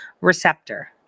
receptor